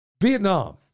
Vietnam